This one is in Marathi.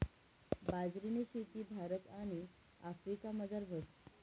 बाजरीनी शेती भारत आणि आफ्रिकामझार व्हस